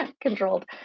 controlled